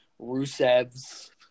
Rusev's